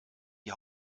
die